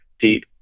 deep